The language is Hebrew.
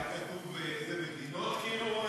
מה, היה כתוב אילו מדינות, כאילו?